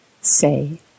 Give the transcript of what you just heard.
say